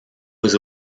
was